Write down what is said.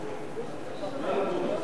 (אומר בערבית: בנוגע למתן עדות?)